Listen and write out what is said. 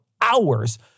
hours